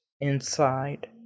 inside